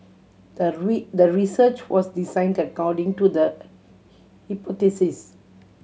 the the research was designed according to the hypothesis